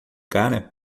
cara